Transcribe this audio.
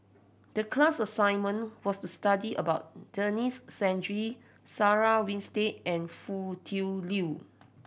the class assignment was to study about Denis Santry Sarah Winstedt and Foo Tui Liew